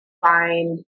find